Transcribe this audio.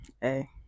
hey